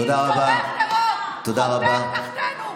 תומך טרור, חותר תחתינו.